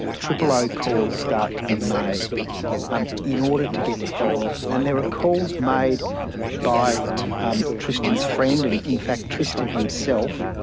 triple zero calls start to be made um in order to get help. and there were calls made by um tristan's friend and in fact, tristan himself.